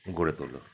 গড়ে তোলো